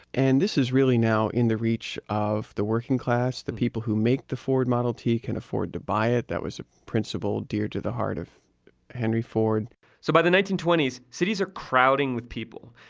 and this is really now in the reach of the working class. the people who make the ford model t can afford to buy it. that was a principle dear to the heart of henry ford so by the nineteen twenty s, cities are crowding with people.